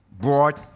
brought